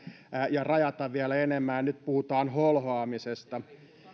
ja rajata vielä enemmän ja nyt puhutaan holhoamisesta